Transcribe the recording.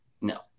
No